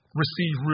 receive